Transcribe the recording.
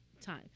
time